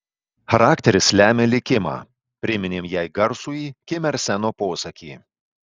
charakteris lemia likimą priminėm jai garsųjį kim ir seno posakį